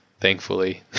thankfully